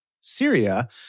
Syria